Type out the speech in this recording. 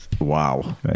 Wow